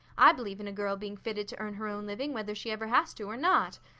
i believe in a girl being fitted to earn her own living whether she ever has to or not.